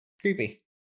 creepy